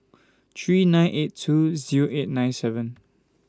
three nine eight two Zero eight nine seven